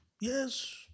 yes